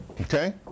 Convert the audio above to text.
Okay